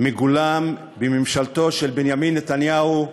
מגולם בממשלתו של בנימין נתניהו,